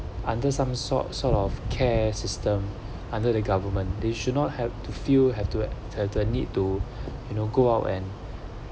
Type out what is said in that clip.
under some sort sort of care system under the government they should not have too feel have to have the need to you know go out and